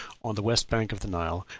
on the west bank of the nile,